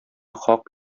хак